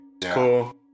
cool